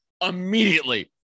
immediately